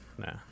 Nah